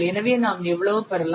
எனவே நாம் எவ்வளவு பெறலாம்